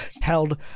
held